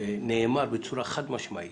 נאמר בצורה חד-משמעית,